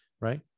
right